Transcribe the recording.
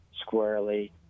squarely